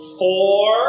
four